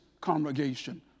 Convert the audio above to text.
congregation